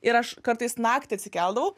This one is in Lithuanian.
ir aš kartais naktį atsikeldavau